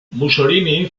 mussolini